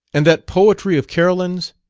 and that poetry of carolyn's!